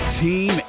team